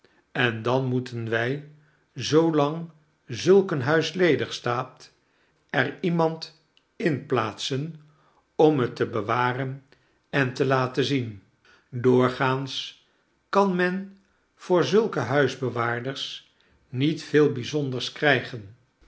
en dan moeten wij zoolang zulk een huis ledig staat er iemand in plaatsen om het te bewaren en te laten zien doorgaans kan men voor zulke huisbewaarders niet veel bijzonders krijgen